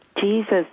Jesus